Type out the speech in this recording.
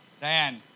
Diane